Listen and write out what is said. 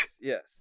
yes